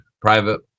private